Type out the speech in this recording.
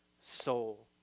soul